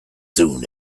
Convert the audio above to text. soon